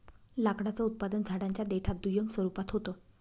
लाकडाचं उत्पादन झाडांच्या देठात दुय्यम स्वरूपात होत